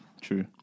true